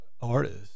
artists